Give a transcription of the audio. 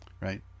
right